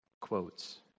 quotes